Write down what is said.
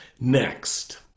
Next